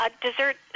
dessert